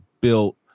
built